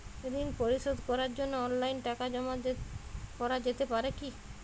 ঋন পরিশোধ করার জন্য অনলাইন টাকা জমা করা যেতে পারে কি?